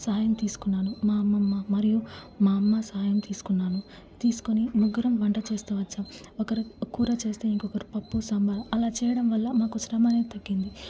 సహాయం తీసుకున్నాను మా అమ్మమ్మ మరియు మా అమ్మ సహాయం తీసుకున్నాను తీసుకొని ముగ్గురం వంట చేస్తు వచ్చాము ఒకరు కూర చేస్తే ఇంకొకరు పప్పు సాంబార్ అలా చేయడం వల్ల మాకు శ్రమ అనేది తగ్గింది